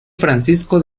francisco